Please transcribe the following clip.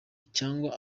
cyangwa